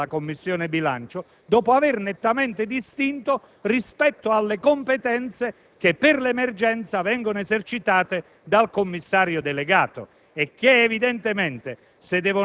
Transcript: della Regione Campania; questo dopo averla nettamente distinta - com'è stato ricordato in un intervento molto lucido, al quale io rinvio, del senatore Morando, anche nella sua qualità